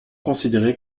considérés